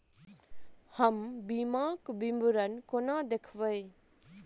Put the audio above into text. हम बीमाक विवरण कोना देखबै?